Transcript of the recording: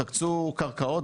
תקצו קרקעות,